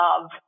love